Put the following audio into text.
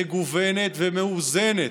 מגוונת ומאוזנת,